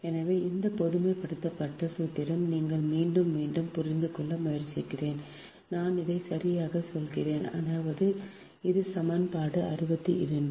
எனவே இந்த பொதுமைப்படுத்தப்பட்ட சூத்திரம் நீங்கள் மீண்டும் மீண்டும் புரிந்து கொள்ள முயற்சிக்கிறேன் நான் இதைச் சரியாகச் சொல்கிறேன் அதாவது இது சமன்பாடு 62